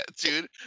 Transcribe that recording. dude